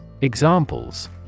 Examples